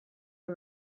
are